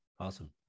Awesome